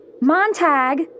Montag